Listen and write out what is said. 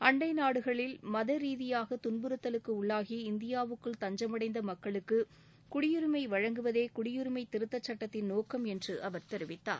அன்டை நாடுகளில் மத ரீதியாக துன்புறுத்தலுக்கு உள்ளாகி இந்தியாவுக்குள் தஞ்சமடைந்த மக்களுக்கு குடியுரிமை வழங்குவதே குடியுரிமை திருத்தச் சட்டத்தின் நோக்கம் என்று அவர் தெரிவித்தார்